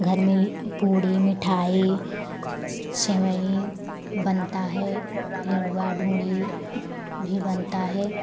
घर में पूड़ी मिठाई सेवई बनता है लडुआ डुंढी भी बनता है